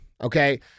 okay